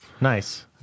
Nice